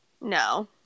No